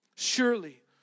Surely